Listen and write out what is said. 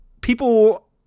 people